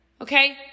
Okay